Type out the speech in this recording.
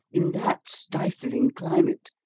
in that stifling climate,